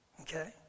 Okay